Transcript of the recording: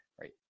Right